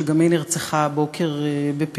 שגם היא נרצחה היום בפיגוע.